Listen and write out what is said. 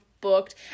booked